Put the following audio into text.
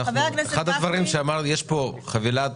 אחד הדברים שאמרתי הוא שיש פה חבילת